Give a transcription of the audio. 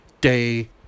day